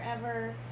forever